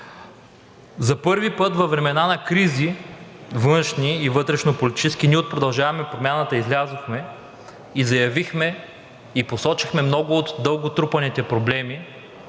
За първи път във времена на кризи – външни и вътрешнополитически, от „Продължаваме Промяната“ излязохме и заявихме, посочихме много дълго трупаните проблеми,